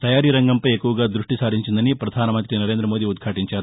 తయారీ రంగంపై ఎక్కువగా దృష్టి సారించిందని ప్రధానమంతి నరేంద్రమోదీ ఉద్యాటించారు